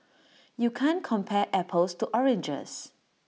you can't compare apples to oranges